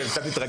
אני קצת מתרגש,